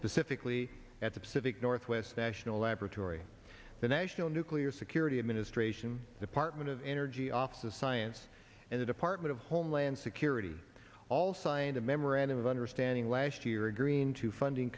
specifically at the pacific northwest national laboratory the national nuclear security administration department of energy office of science and the department of homeland security all signed a memorandum of understanding last year a green two funding